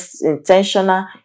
intentional